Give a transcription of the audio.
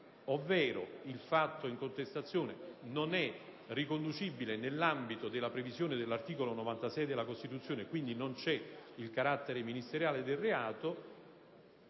ovvero che il fatto in contestazione non sia riconducibile nell'ambito della previsione dell'articolo 96 della Costituzione, e quindi non sia riscontrabile il carattere ministeriale del reato,